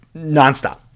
nonstop